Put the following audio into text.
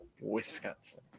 Wisconsin